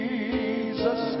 Jesus